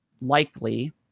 Likely